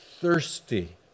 thirsty